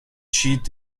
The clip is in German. schied